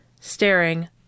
Staring